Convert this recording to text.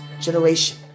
generation